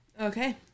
Okay